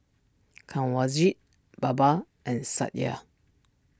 Kanwaljit Baba and Satya